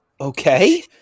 Okay